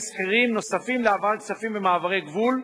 סחירים נוספים להעברת כספים במעברי גבול,